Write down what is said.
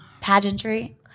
pageantry